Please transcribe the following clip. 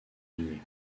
unis